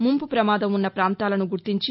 ముంపు ప్రమాదం ఉన్న ప్రాంతాలను గుర్తించి